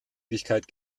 ewigkeit